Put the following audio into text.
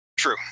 true